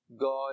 God